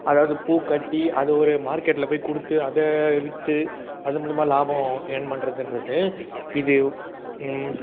அதாவது பூ கட்டி அதை ஒரு மார்க்கெட்டில் போய் கொடுத்து அதை விற்று அது மூலிமா லாபம் ஏர்ன் பண்ணுறதுன்றது இது